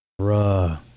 Bruh